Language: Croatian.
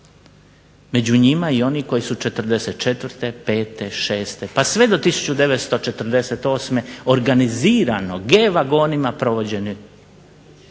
Među njima i oni koji su '44., '45., '46. pa sve do 1948. organizirano G vagonima provođeni